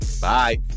bye